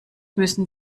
müssen